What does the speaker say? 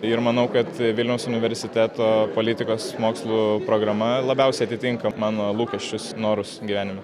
ir manau kad vilniaus universiteto politikos mokslų programa labiausiai atitinka mano lūkesčius norus gyvenimo